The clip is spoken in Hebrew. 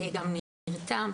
נתניה ובאר